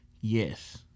Yes